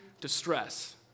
distress